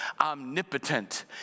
omnipotent